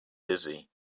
dizzy